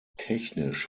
technisch